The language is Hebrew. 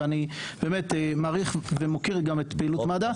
ואני מעריך ומוקיר את הפעילות של מד"א.